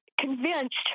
convinced